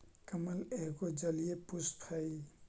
कमल एगो जलीय पुष्प हइ